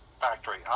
factory